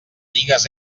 digues